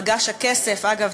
"מגש הכסף" אגב,